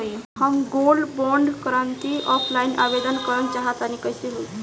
हम gold bond करंति offline आवेदन करल चाह तनि कइसे होई?